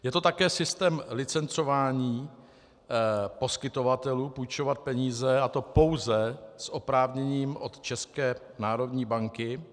Je to také systém licencování poskytovatelů půjčovat peníze, a to pouze s oprávněním od České národní banky.